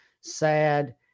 sad